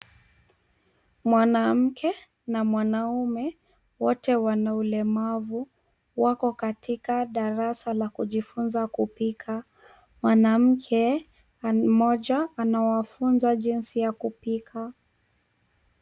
Mwanamke na mwanaume, wote wana ulemavu, wako katika darasa la kujifunza kupika. Mwanamke mmoja anawafunza jinsi ya kupika.